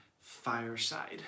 fireside